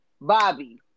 Bobby